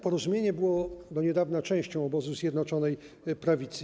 Porozumienie było do niedawna częścią obozu Zjednoczonej Prawicy.